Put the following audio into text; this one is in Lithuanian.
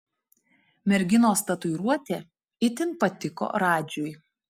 merginos tatuiruotė itin patiko radžiui